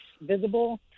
visible